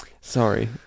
Sorry